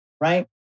right